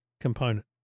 component